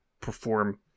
perform